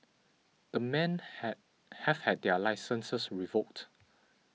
the men had have had their licences revoked